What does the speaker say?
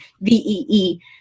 V-E-E